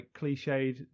cliched